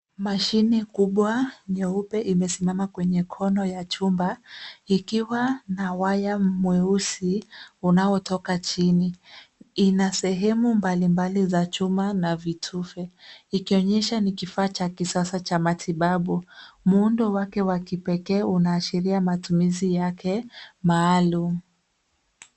Mashine kubwa nyeupe imesimama kwenye kona ya chumba ikiwa na waya mweusi unaotoka chini. Ina sehemu mbalimbali za chuma na vitufe ikionyesha ni kifaa cha kisasa cha matibabu. Muundo wake wa kipekee unaashiria matumizi yake maalum.